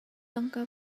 tangka